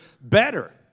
better